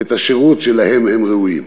את השירות שלו הם ראויים.